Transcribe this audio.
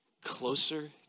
closer